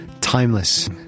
Timeless